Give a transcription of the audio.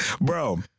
Bro